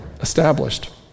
established